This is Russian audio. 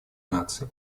наций